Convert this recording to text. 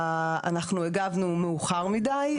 אנחנו הגבנו מאוחר מידיי.